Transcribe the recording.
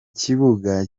kibuga